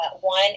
one